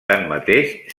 tanmateix